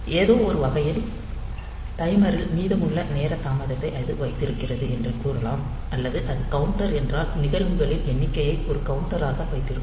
ஏதோவொரு வகையில் டைமரில் மீதமுள்ள நேர தாமதத்தை அது வைத்திருக்கிறது என்று கூறலாம் அல்லது அது கவுண்டர் என்றால் நிகழ்வுகளின் எண்ணிக்கையை ஒரு கவுண்டராக வைத்திருக்கும்